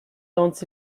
dont